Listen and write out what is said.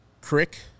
Crick